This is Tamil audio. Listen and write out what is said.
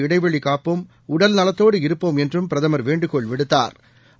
இடைவெளிகாப்போம் இரண்டுமீட்டர் இருப்போம் என்றும் பிரதமர் வேண்டுகோள்விடுத்தாா்